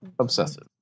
obsessive